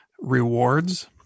rewards